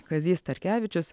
kazys starkevičius